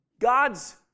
God's